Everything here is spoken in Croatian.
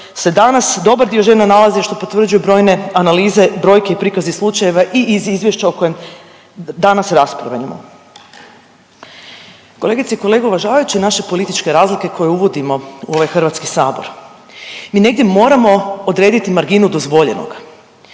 se danas dobar dio žena nalazi što potvrđuju brojne analize, brojke i prikazi slučajeve i iz izvješća o kojem danas raspravljamo. Kolegice i kolege, uvažavajući naše političke razlike koje uvodimo u ovaj HS, mi negdje moramo odrediti marginu dozvoljenoga,